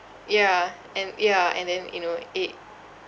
yeah and yeah and then you know it